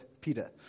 Peter